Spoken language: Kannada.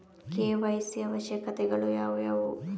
ಕೆ.ವೈ.ಸಿ ಅವಶ್ಯಕತೆಗಳು ಯಾವುವು?